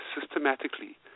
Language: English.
systematically